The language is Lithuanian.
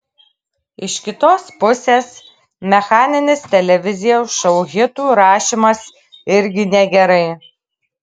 iš kitos pusės mechaninis televizijos šou hitų rašymas irgi negerai